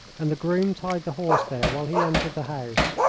and the groom tied the horse there while he entered the house.